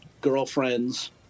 girlfriends